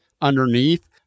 underneath